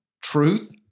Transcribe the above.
truth